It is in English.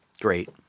great